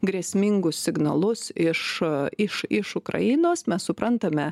grėsmingus signalus iš iš iš ukrainos mes suprantame